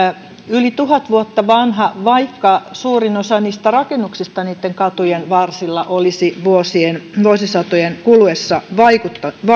yli tuhat vuotta vanha vaikka suurin osa rakennuksista niiden katujen varsilla olisi vuosisatojen kuluessa